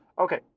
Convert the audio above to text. okay